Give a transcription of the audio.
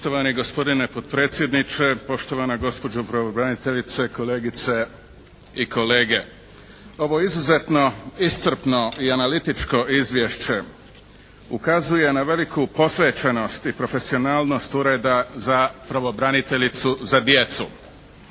Poštovani gospodine potpredsjedniče, poštovana gospođo pravobraniteljice, kolegice i kolege. Ovo izuzetno iscrpno i analitičko izvješće ukazuje na veliku posvećenost i profesionalnost Ureda za pravobraniteljicu za djecu